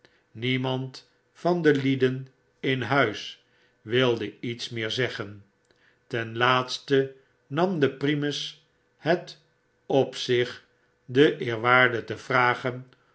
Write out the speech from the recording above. niemand van de lieden in huis wilde iets meer zeggen ten laatste nam de primus het op zich den eerwaarde te vragen